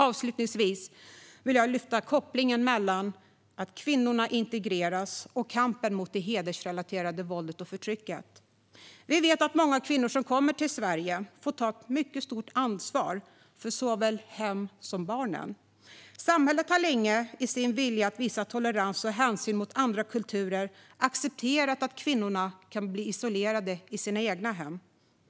Avslutningsvis vill jag lyfta kopplingen mellan kvinnors integration och kampen mot det hedersrelaterade våldet och förtrycket. Vi vet att många kvinnor som kommer till Sverige får ta ett mycket stort ansvar för såväl hem som barn. Samhället har länge i sin vilja att visa tolerans och hänsyn mot andra kulturer accepterat att kvinnorna kan bli isolerade i sina egna hem.